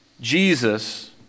Jesus